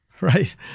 right